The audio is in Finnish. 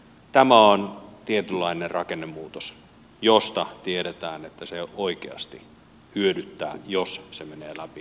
tämä on tietynlainen rakennemuutos josta tiedetään että se oikeasti hyödyttää jos se menee läpi